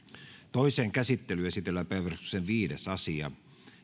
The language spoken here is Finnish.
toiseen käsittelyyn esitellään päiväjärjestyksen viides asia